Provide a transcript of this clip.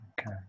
okay